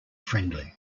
friendly